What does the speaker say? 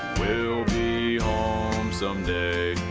be home someday